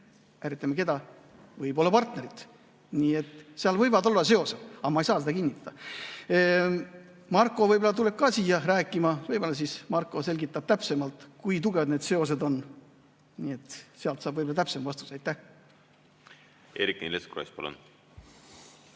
Ärritame keda? Võib-olla partnerit. Nii et seal võivad olla seosed, aga ma ei saa seda kinnitada. Marko võib-olla tuleb ka siia rääkima, võib-olla ta siis selgitab täpsemalt, kui tugevad need seosed on. Sealt saab võib-olla täpsema vastuse. Eerik-Niiles Kross,